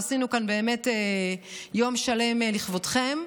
ועשינו כאן באמת יום שלם לכבודכם,